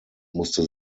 musste